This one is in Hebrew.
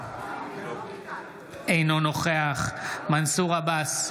אינו נוכח מנסור עבאס,